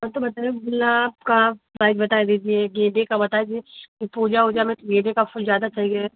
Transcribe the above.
हँ तो मतलब गुलाब का प्राइस बता दीजिए गेन्दे का बता दीजिए पूजा उजा में तो गेन्दे का फूल ज़्यादा चाहिए